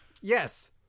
Yes